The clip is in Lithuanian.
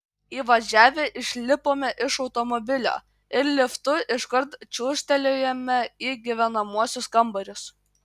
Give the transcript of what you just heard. įvažiavę išlipome iš automobilio ir liftu iškart čiūžtelėjome į gyvenamuosius kambarius